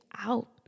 out